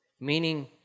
meaning